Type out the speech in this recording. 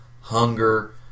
hunger